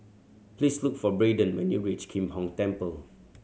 please look for Braiden when you reach Kim Hong Temple